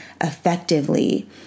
effectively